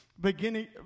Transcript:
beginning